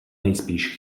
nejspíš